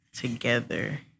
together